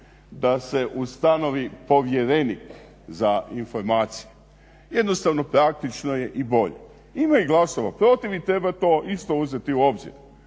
da se ustanovi povjerenik za informacije. Jednostavno praktično je i bolje. Ima i glasova protiv i treba to isto uzeti u obzir.